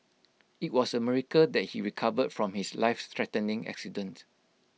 IT was A miracle that he recovered from his life threatening accident